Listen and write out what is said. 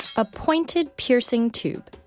a pointed, piercing tube.